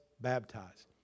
baptized